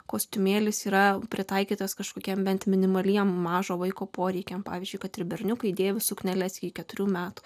kostiumėlis yra pritaikytas kažkokiam bent minimaliems mažo vaiko poreikiams pavyzdžiui kad ir berniukai dėvi sukneles iki keturių metų